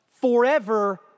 forever